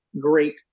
great